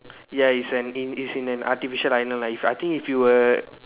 ya is an in is in an artificial island I think if you were